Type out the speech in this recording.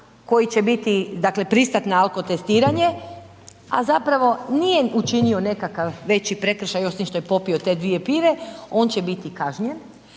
koji će biti dakle pristat na alkotestiranje a zapravo nije učinio nekakav veći prekršaj osim što je popio te dvije pive, on će biti kažnjen